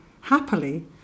Happily